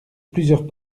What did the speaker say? plusieurs